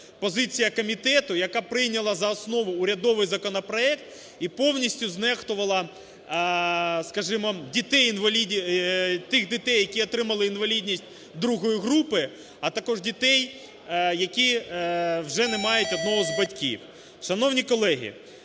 позиція комітету, яка прийняла за основу урядовий законопроект і повністю знехтувала, скажімо, тих дітей, які отримали інвалідність ІІ групи, а також дітей, які вже не мають одного з батьків.